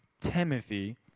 Timothy